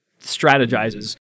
Strategizes